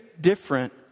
different